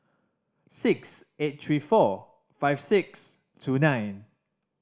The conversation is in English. six eight three four five six two nine